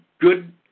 good